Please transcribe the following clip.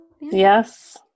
yes